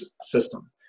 system